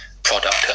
product